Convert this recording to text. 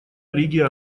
лиги